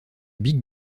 big